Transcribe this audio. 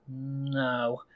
No